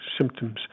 symptoms